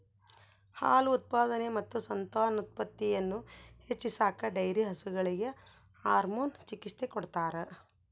ಹಾಲು ಉತ್ಪಾದನೆ ಮತ್ತು ಸಂತಾನೋತ್ಪತ್ತಿಯನ್ನು ಹೆಚ್ಚಿಸಾಕ ಡೈರಿ ಹಸುಗಳಿಗೆ ಹಾರ್ಮೋನ್ ಚಿಕಿತ್ಸ ಕೊಡ್ತಾರ